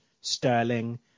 Sterling